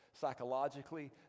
psychologically